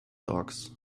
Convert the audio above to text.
dogs